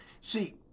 See